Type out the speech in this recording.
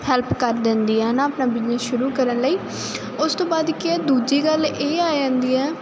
help ਕਰ ਦਿੰਦੀ ਆ ਹਨਾ ਆਪਣਾ ਬਿਜਨਸ ਸ਼ੁਰੂ ਕਰਨ ਲਈ ਉਸ ਤੋਂ ਬਾਅਦ ਕੀ ਹੈ ਦੂਜੀ ਗੱਲ ਇਹ ਆ ਜਾਂਦੀ ਹੈ ਵੀ